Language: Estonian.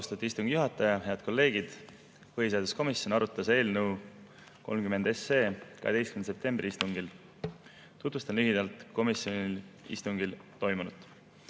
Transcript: eest! Austatud istungi juhataja! Head kolleegid! Põhiseaduskomisjon arutas eelnõu 30 oma 12. septembri istungil. Tutvustan lühidalt komisjoni istungil toimunut.